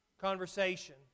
conversation